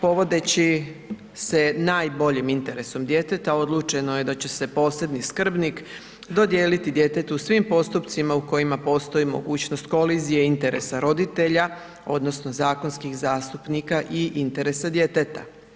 Povodeći se najboljim interesom djeteta odlučeno je da će posebni skrbnik dodijeliti djetetu u svim postupcima u kojima postoji mogućnost kolizije i interesa roditelja odnosno zakonskih zastupnika i interesa djeteta.